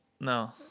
No